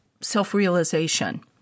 self-realization